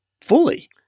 fully